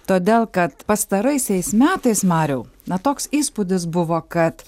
todėl kad pastaraisiais metais mariau na toks įspūdis buvo kad